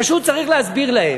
פשוט צריך להסביר להם,